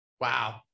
Wow